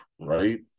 right